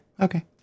okay